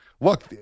Look